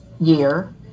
year